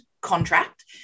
contract